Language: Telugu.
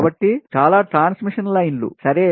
కాబట్టి చాలా ట్రాన్స మిషన్ లైన్లు సరే